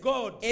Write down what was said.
God